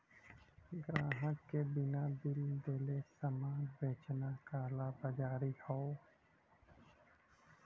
ग्राहक के बिना बिल देले सामान बेचना कालाबाज़ारी हौ